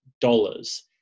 dollars